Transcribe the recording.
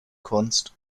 kunst